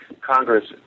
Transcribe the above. Congress